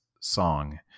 song